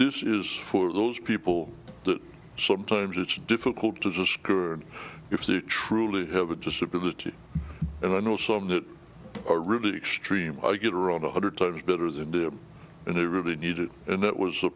this is for those people that sometimes it's difficult as a skirt if you truly have a disability and i know some that are really extreme i get around a hundred times better than them and they really need it and that was the